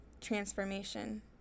transformation